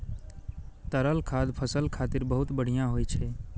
तरल खाद फसल खातिर बहुत बढ़िया होइ छै